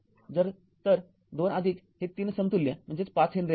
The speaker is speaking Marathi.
तर२ आदिक हे ३ समतुल्य म्हणजे ५ हेनरी असेल